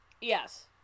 yes